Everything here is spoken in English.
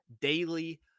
daily